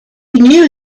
knew